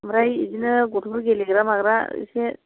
ओमफ्राय बिदिनो गथ'फोर गेलेग्रा माग्रा एसे